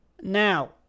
Now